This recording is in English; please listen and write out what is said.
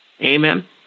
Amen